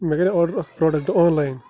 مےٚ کَرے آرڈَر اَکھ پرٛوٚڈَکٹ آن لاین